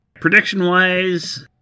Prediction-wise